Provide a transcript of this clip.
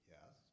Yes